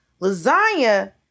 lasagna